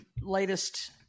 latest